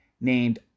Named